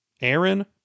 Aaron